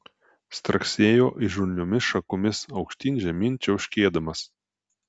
straksėjo įžulniomis šakomis aukštyn žemyn čiauškėdamas